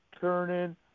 turning